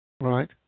Right